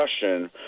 question